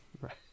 right